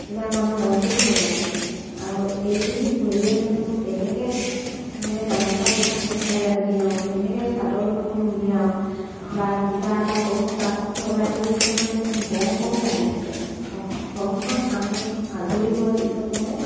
কিবা মানে মনটো ভাল লাগে আৰু এইখিনি কৰিয়ে যাতে মই কেনেকৈ মানে গামোচা দুখন সোনকালে উলিয়াওঁ কেনেকৈ চাদৰ দুখন উলিয়াওঁ বা কিবা এটা কৰোঁ মোৰ তাঁতখন লগাই থৈ দিলে মানে মোৰ বওঁ বওঁ লাগি থাকে ঘৰখনৰ কাম আজৰি হোৱাৰ পিছত মই